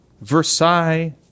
Versailles